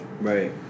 Right